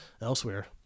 elsewhere